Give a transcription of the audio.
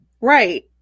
Right